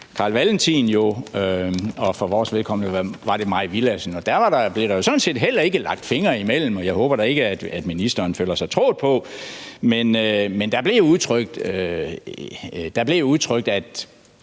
Carl Valentin jo, og for vores vedkommende var det fru Mai Villadsen. Og der blev der jo sådan set heller ikke lagt fingre imellem, og jeg håber da ikke, at ministeren føler sig trådt på. Men der blev udtrykt, at